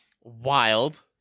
Wild